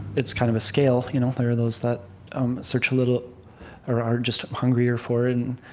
it's kind of a scale. you know there are those that um search a little or are just hungrier for it and